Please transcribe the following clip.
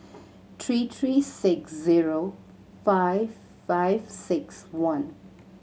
three three six zero five five six one